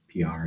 pr